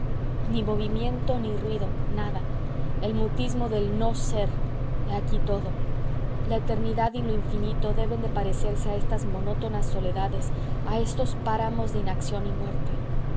ni movimiento ni ruido nada el mutismo del no ser he aquí todo la eternidad y lo infinito deben de parecerse a estas monótonas soledades a estos páramos de inacción y muerte